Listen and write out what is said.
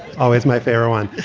always my favorite on.